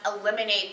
eliminate